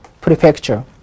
prefecture